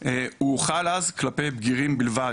הוא הוחל אז כלפי בגירים בלבד.